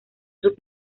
sus